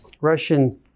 Russian